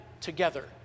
together